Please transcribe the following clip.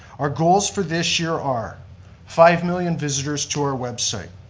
our goals for this year are five million visitors to our website,